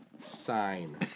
Sign